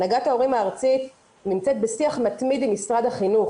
הנהגת ההורים הארצית נמצאת בשיח מתמיד עם משרד החינוך.